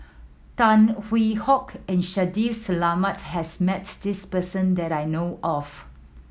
Tan Hwee Hock and Shaffiq Selamat has met this person that I know of